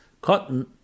Cotton